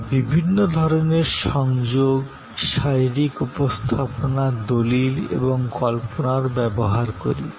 আমরা বিভিন্ন ধরণের সংযোগ শারীরিক উপস্থাপনা দলিল এবং কল্পনা ব্যবহার করি